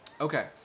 Okay